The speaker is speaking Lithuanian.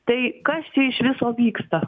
tai kas čia iš viso vyksta